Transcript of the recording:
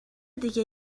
دیگه